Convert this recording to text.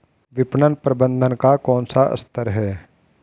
विपणन प्रबंधन का कौन सा स्तर है?